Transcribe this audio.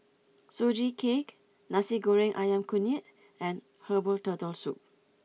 Sugee Cake Nasi Goreng Ayam Kunyit and Herbal Turtle Soup